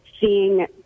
seeing